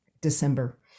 december